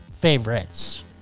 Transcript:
Favorites